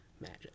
magic